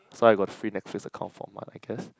so I got free Netflix account for a month I guess